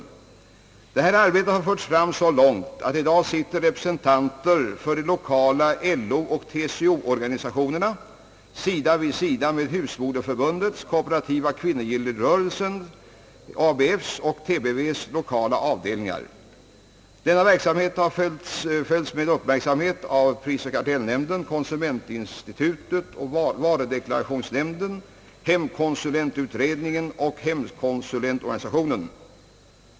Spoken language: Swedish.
Detta arbete har förts fram så långt att i dag sitter representanter från de lokala LO och TCO-organisationerna sida vid sida med Husmoderförbundets, Kooperativa kvinnogillesrörelsens, ABF:s och TBV:s lokala avdelningar. Denna verksamhet följs med uppmärksamhet av prisoch kartellnämnden, konsumentinstitutet, varudeklarationsnämnden, hemkonsulentutredningen och hemkonsulentorganisationen.